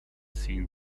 seen